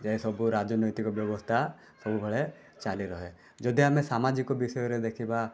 ଏ ସବୁ ରାଜନୈତିକ ବ୍ୟବସ୍ଥା ସବୁବେଳେ ଚାଲି ରୁହେ ଯଦି ଆମେ ସାମାଜିକ ବିଷୟରେ ଦେଖିବା